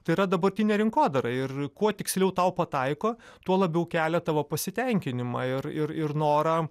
tai yra dabartinė rinkodara ir kuo tiksliau tau pataiko tuo labiau kelia tavo pasitenkinimą ir ir ir norą